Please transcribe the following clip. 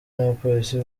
n’abapolisi